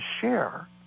share